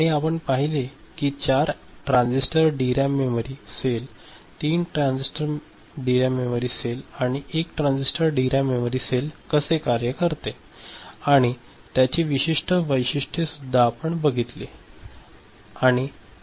आणि आपण पहिले की 4 transistor DRAM memory cell 3 transistor DRAM memory cell आणि 1 ट्रान्झिस्टर डीरॅम मेमरी सेल कसे कार्य करते आणि त्यांची विशिष्ट वैशिष्ट्ये सुद्धा आपण बघितली